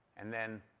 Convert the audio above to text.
and then